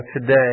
today